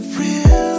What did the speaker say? real